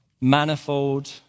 manifold